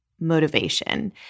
motivation